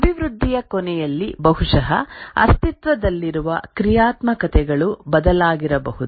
ಅಭಿವೃದ್ಧಿಯ ಕೊನೆಯಲ್ಲಿ ಬಹುಶಃ ಅಸ್ತಿತ್ವದಲ್ಲಿರುವ ಕ್ರಿಯಾತ್ಮಕತೆಗಳು ಬದಲಾಗಿರಬಹುದು